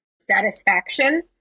satisfaction